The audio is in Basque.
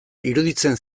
iruditzen